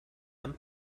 and